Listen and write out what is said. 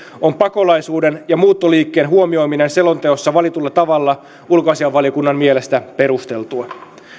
on pakolaisuuden ja muuttoliikkeen huomioiminen selonteossa valitulla tavalla ulkoasiainvaliokunnan mielestä perusteltua